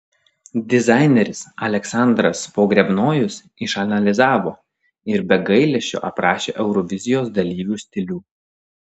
dizaineris aleksandras pogrebnojus išanalizavo ir be gailesčio aprašė eurovizijos dalyvių stilių